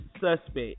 suspect